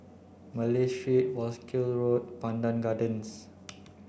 Malay Street Wolskel Road Pandan Gardens